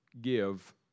give